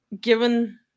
given